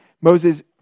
Moses